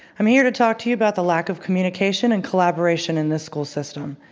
i'm here to talk to you about the lack of communication and collaboration in this school system.